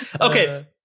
okay